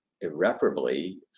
irreparably